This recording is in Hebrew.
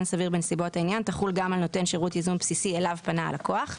סביר בנסיבות העניין תחול גם על נותן שירות ייזום בסיסי אליו פנה הלקוח,